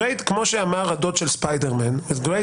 כמו שאמר הדוד של ספיידרמן: with great